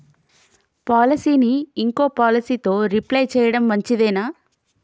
పాలసీని ఇంకో పాలసీతో రీప్లేస్ చేయడం మంచిదేనా?